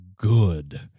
good